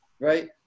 right